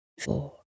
four